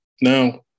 Now